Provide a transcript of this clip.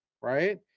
right